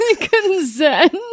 Consent